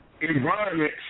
environment